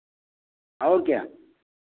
और क्या